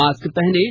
mask पहनें